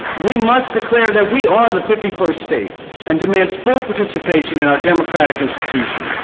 we must declare that we are the fifty first state and demand full participation in our democratic institutions.